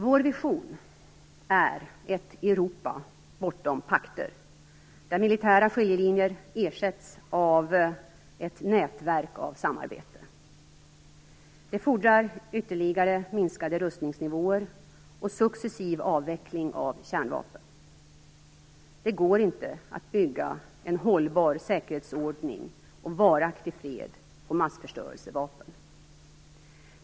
Vår vision är ett Europa bortom pakter, där militära skiljelinjer ersätts av ett nätverk av samarbete. Det fordrar ytterligare minskade rustningsnivåer, och successiv avveckling av kärnvapen. Det går inte att bygga en hållbar säkerhetsordning och varaktig fred på massförstörelsevapen.